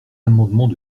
amendements